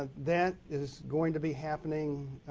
and that is going to be happening